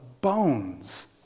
bones